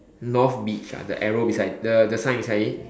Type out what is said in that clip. North beach ah the arrow beside the the sign beside it